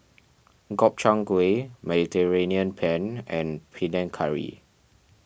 Gobchang Gui Mediterranean Penne and Panang Curry